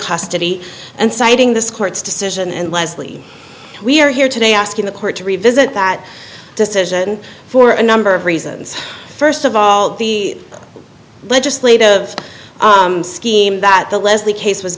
custody and citing this court's decision and leslie we're here today asking the court to revisit that decision for a number of reasons first of all the legislative scheme that the leslie case was